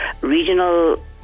regional